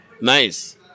Nice